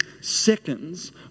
seconds